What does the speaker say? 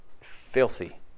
filthy